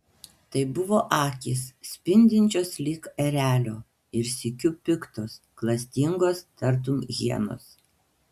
tai buvo akys spindinčios lyg erelio ir sykiu piktos klastingos tartum hienos